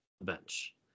bench